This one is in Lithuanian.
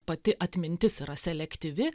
pati atmintis yra selektyvi